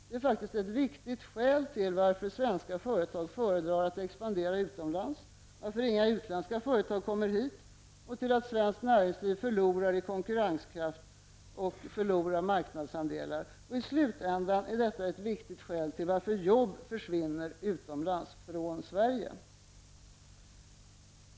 Det är faktiskt ett viktigt skäl till att svenska företag föredrar att expandera utomlands, till att inga utländska företag kommer hit och till att svenskt näringsliv förlorar i konkurrenskraft och förlorar marknadsandelar. I slutänden är detta ett viktigt skäl till att arbeten försvinner från Sverige till utlandet.